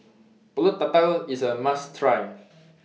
Pulut Tatal IS A must Try